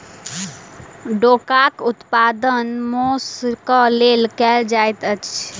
डोकाक उत्पादन मौंस क लेल कयल जाइत छै